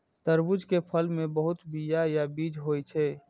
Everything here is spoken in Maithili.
तरबूज के फल मे बहुत बीया या बीज होइ छै